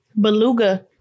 Beluga